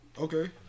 Okay